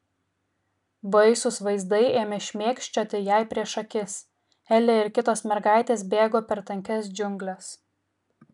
baisūs vaizdai ėmė šmėkščioti jai prieš akis elė ir kitos mergaitės bėgo per tankias džiungles